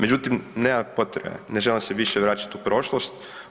Međutim, nema potrebe, ne želim se više vraćati u prošlost.